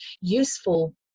useful